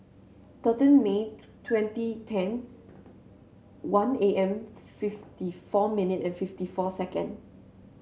thirteen May twenty ten one A M fifty four minute and fifty four second